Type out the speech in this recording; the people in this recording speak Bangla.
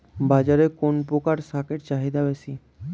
বাজারে কোন প্রকার শাকের চাহিদা বেশী?